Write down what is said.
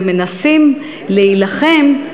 ומנסים להילחם,